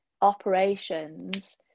operations